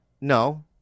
No